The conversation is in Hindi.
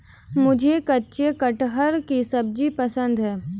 मुझे कच्चे कटहल की सब्जी पसंद है